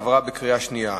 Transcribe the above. עברה בקריאה שנייה.